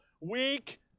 weak